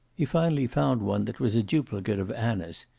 he finally found one that was a duplicate of anna's,